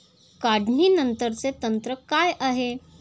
काढणीनंतरचे तंत्र काय आहे?